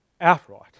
outright